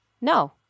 no